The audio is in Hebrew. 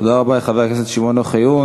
תודה רבה לחבר הכנסת שמעון אוחיון.